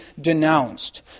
denounced